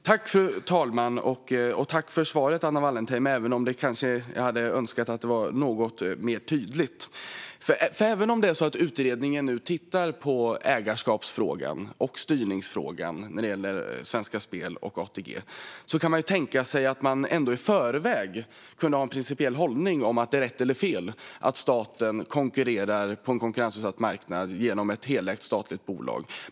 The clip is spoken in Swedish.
Fru talman! Tack för svaret, Anna Wallentheim! Jag hade dock kanske önskat att det skulle vara något mer tydligt. Även om utredningen nu tittar på ägarskapsfrågan och styrningsfrågan när det gäller Svenska Spel och ATG hade man i förväg kunnat ha en principiell hållning: Är det rätt eller fel att staten konkurrerar på en konkurrensutsatt marknad genom ett helägt statligt bolag?